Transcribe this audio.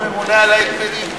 יש הממונה על ההגבלים.